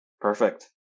Perfect